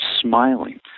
smiling